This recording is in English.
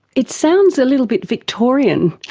it sounds a little bit victorian.